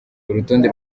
urutonde